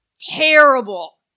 terrible